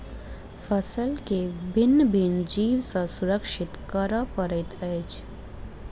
फसील के भिन्न भिन्न जीव सॅ सुरक्षित करअ पड़ैत अछि